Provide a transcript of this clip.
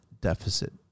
deficit